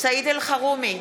סעיד אלחרומי,